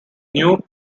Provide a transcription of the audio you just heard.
new